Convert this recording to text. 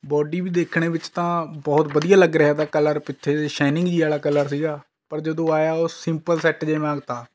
body ਵੀ ਦੇਖਣੇ ਵਿੱਚ ਤਾਂ ਬਹੁਤ ਵਧੀਆ ਲੱਗ ਰਿਹਾ ਤਾ ਕਲਰ ਪਿੱਛੇ ਤੋਂ ਸ਼ਾਈਨਿੰਗ ਜਿਹੀ ਵਾਲਾ ਕਲਰ ਸੀਗਾ ਪਰ ਜਦੋਂ ਆਇਆ ਉਹ ਸਿੰਪਲ ਸੈੱਟ ਜੇ ਵਾਂਗ ਤਾ